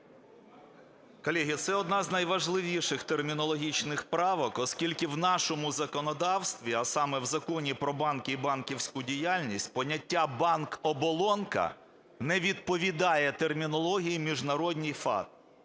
Колеги, це одна з найважливіших термінологічних правок. Оскільки в нашому законодавстві, а саме в Законі "Про банки і банківську діяльність" поняття банк-оболонка не відповідає термінології міжнародній FATF.